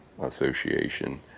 association